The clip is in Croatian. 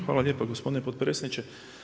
Hvala lijepo gospodine potpredsjedniče.